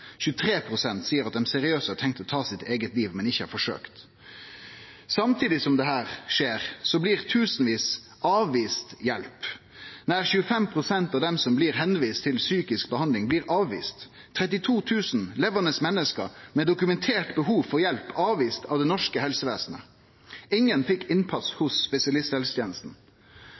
seier at dei seriøst har tenkt på å ta sitt eige liv, men ikkje har forsøkt. Samtidig som dette skjer, blir tusenvis avviste og får ikkje hjelp. Nær 25 pst. av dei som blir tilviste til psykisk behandling, blir avviste. 32 000 levande menneske med dokumentert behov for hjelp blir avviste av det norske helsevesenet. Ingen fekk innpass